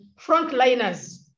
frontliners